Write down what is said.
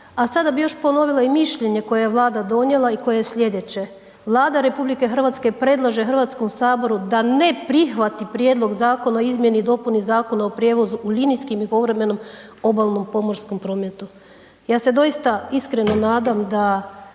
a sada bi još ponovila i mišljenje koje je Vlada donijela i koje je slijedeće. Vlada RH predlaže Hrvatskom saboru da ne prihvati Prijedlog Zakona o izmjeni i dopuni Zakona o prijevozu u linijskim i povremenom obalnom pomorskom prometu. Ja se doista iskreno nadam da